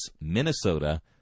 Minnesota